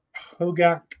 Hogak